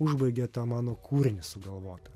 užbaigia tą mano kūrinį sugalvotą